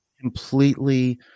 Completely